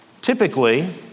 Typically